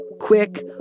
quick